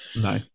no